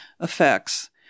effects